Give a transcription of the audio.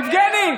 יבגני,